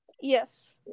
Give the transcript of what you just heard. Yes